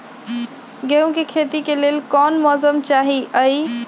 गेंहू के खेती के लेल कोन मौसम चाही अई?